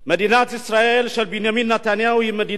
מדינת ישראל של בנימין נתניהו היא מדינה